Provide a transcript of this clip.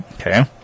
Okay